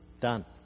done